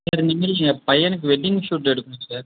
sir இந்தமாதிரி என் பையனுக்கு வெட்டிங் ஷூட் எடுக்கணும் சார்